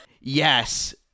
Yes